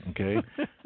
okay